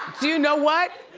do you know what?